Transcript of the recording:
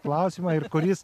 klausimą ir kuris